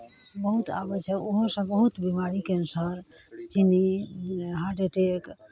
बहुत आबै छै ओहोसँ बहुत बीमारी कैँसर चीनी हाड एटैक